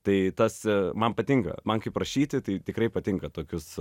tai tas man patinka man kaip rašyti tai tikrai patinka tokius